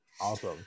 Awesome